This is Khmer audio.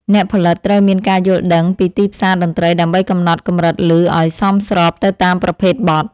អ្នកផលិតត្រូវមានការយល់ដឹងពីទីផ្សារតន្ត្រីដើម្បីកំណត់កម្រិតឮឱ្យសមស្របទៅតាមប្រភេទបទ។